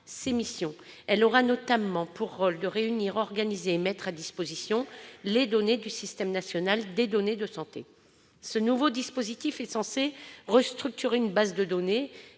ses missions. Elle aura notamment pour rôle de réunir, d'organiser et de mettre à disposition les données du système national des données de santé. Ce nouveau dispositif est censé restructurer une base de données